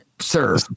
sir